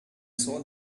saw